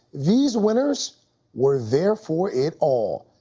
these winners were there for it all.